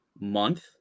month